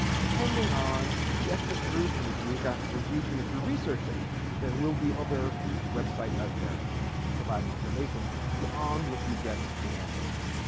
depending on the ethnic group in the geographical region that you're researching there will be other websites out there providing information beyond what you get with ancestry